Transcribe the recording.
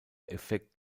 effekt